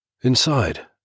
Inside